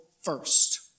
first